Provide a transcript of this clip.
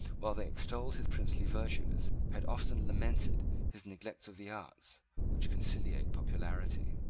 while they extolled his princely virtues, had often lamented his neglect of the arts which conciliate popularity.